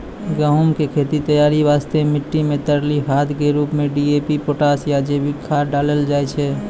गहूम के खेत तैयारी वास्ते मिट्टी मे तरली खाद के रूप मे डी.ए.पी पोटास या जैविक खाद डालल जाय छै